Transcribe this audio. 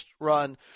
run